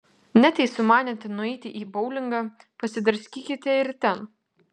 net jei sumanėte nueiti į boulingą pasidraskykite ir ten